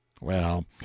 Well